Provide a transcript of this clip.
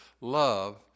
love